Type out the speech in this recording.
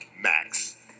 max